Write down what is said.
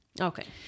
okay